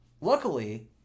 Luckily